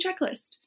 checklist